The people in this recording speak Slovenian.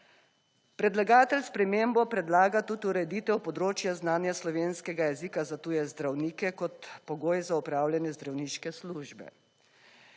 Predlagatelj spremembo predlaga tudi ureditev področja znanja slovenskega jezika za tuje zdravnike kot pogoj za opravljanje zdravniške službe.